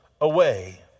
away